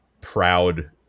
proud